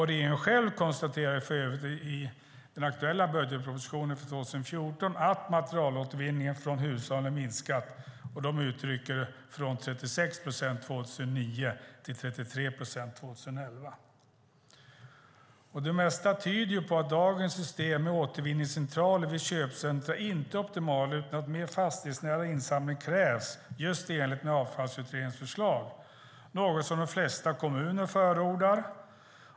Regeringen konstaterar för övrigt själv, i den aktuella budgetpropositionen för 2014, att materialåtervinningen från hushållen har minskat från, som de uttrycker det, 36 procent 2009 till 33 procent 2011. Det mesta tyder på att dagens system med återvinningscentraler vid köpcentrum inte är optimalt. En mer fastighetsnära insamling krävs, i enlighet med Avfallsutredningens förslag, och är något som de flesta kommuner förordar.